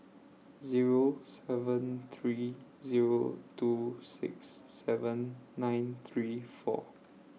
Zero seven three Zero two six seven nine three four